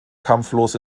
kampflos